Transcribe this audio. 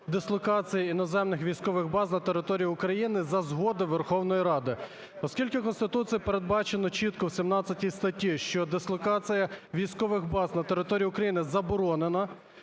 дислокації іноземних військових баз на території України за згоди Верховної Ради. Оскільки Конституцією передбачено чітко в 17 статті, що дислокація військових баз на території України заборонена,